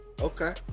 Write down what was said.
Okay